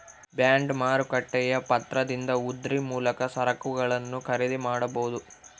bond ಮಾರುಕಟ್ಟೆಯ ಪತ್ರದಿಂದ ಉದ್ರಿ ಮೂಲಕ ಸರಕುಗಳನ್ನು ಖರೀದಿ ಮಾಡಬೊದು